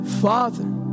father